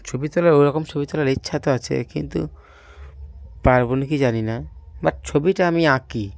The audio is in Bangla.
ছবি তোলার ওরকম ছবি তোলার ইচ্ছা তো আছে কিন্তু পারব না কি জানি না বাট ছবিটা আমি আঁকি